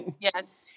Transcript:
Yes